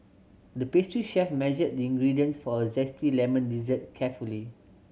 the pastry chef measured the ingredients for a zesty lemon dessert carefully